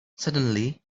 suddenly